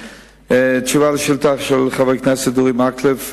ולא צריך להכניס את האזרח באמצע,